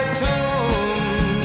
tune